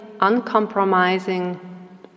uncompromising